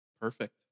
Perfect